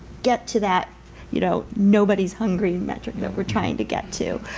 get to that you know nobody's hungry metric that we're trying to get to.